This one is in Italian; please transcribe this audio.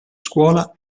scuola